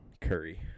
Curry